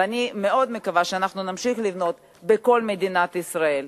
ואני מאוד מקווה שאנחנו נמשיך לבנות בכל מדינת ישראל.